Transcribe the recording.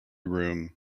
room